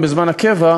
בזמן הקבע,